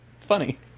Funny